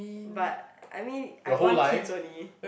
but I mean I want kids only